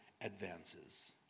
advances